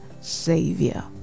savior